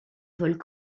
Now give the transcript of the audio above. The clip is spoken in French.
vols